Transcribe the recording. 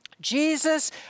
Jesus